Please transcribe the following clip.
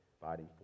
fighting